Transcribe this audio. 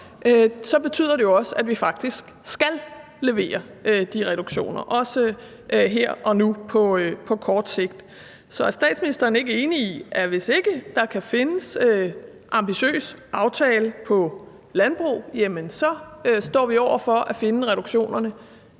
så betyder det jo, at vi faktisk skal levere de reduktioner, også her og nu på kort sigt. Så er statsministeren ikke enig i, at hvis ikke der kan findes en ambitiøs aftale om landbruget, så står vi over for at finde reduktionerne